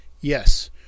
yes